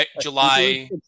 July